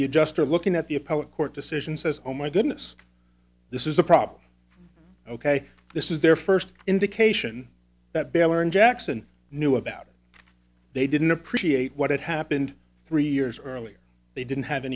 the adjuster looking at the appellate court decision says oh my goodness this is a problem ok this is their first indication that baylor and jackson knew about it they didn't appreciate what had happened three years earlier they didn't have